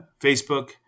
Facebook